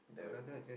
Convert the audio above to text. the more